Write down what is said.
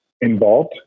involved